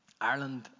Ireland